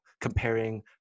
comparing